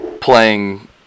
playing